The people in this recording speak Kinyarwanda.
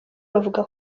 bavuga